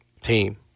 team